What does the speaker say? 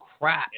crap